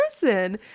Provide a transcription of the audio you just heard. person